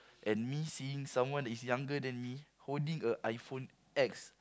and me seeing someone is younger than me holding a iPhone-X